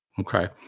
Okay